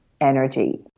energy